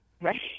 Right